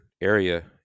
area